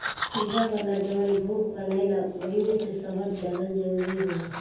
पूजा वाला जवन भोग बनेला ओइमे शहद डालल जरूरी होला